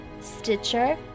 Stitcher